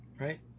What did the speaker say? right